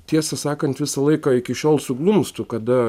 tiesą sakant visą laiką iki šiol suglumstu kada